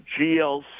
GLC